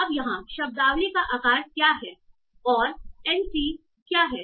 अब यहाँ शब्दावली का आकार क्या है और n c क्या है